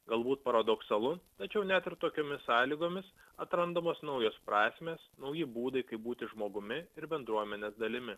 galbūt paradoksalu tačiau net ir tokiomis sąlygomis atrandamos naujos prasmės nauji būdai kaip būti žmogumi ir bendruomenės dalimi